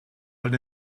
halt